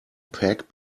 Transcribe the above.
pack